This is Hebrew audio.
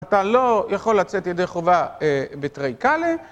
אתה לא יכול לצאת ידי חובה בתרי קלה.